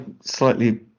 slightly